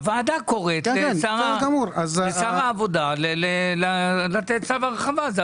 הוועדה קוראת לשר העבודה לתת צו הרחבה.